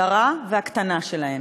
הדרה והקטנה שלהן.